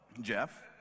Jeff